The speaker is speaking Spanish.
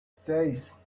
seis